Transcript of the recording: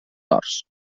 horts